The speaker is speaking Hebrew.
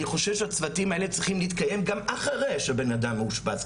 אני חושב שהצוותים האלה צריכים להתקיים גם אחרי שבן אדם מאושפז.